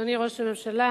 תודה, אדוני ראש הממשלה,